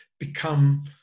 become